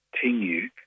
continue